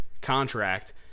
contract